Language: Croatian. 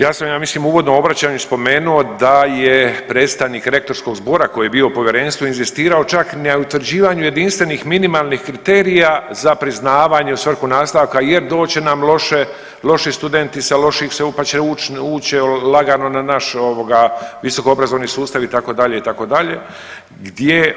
Ja sam ja mislim u uvodnom obraćanju spomenuo da je predstavnik rektorskog zbora koji je bio u povjerenstvu inzistirao čak na utvrđivanju jedinstvenih minimalnih kriterija za priznavanje u svrhu nastavka jer doći će nam loše, loši studenti sa loših, pa će ući, ući će lagano na naš ovoga visokoobrazovni sustav itd., itd., gdje